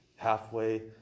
halfway